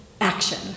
action